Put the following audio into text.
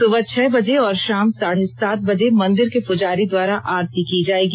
सुबह छह बजे और शाम साढ़े सात बजे मंदिर के पुजारी द्वारा आरती की जायेगी